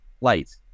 light